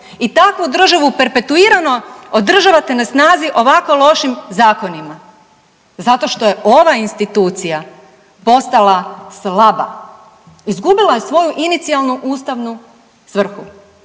i takvu državu perpetuirano održavate na snazi ovako lošim zakonima. Zato što je ova institucija postala slaba. Izgubila je svoju inicijalnu ustavnu svrhu.